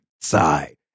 side